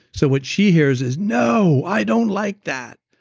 so what she hears is, no, i don't like that.